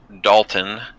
Dalton